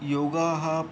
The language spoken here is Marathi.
योग हा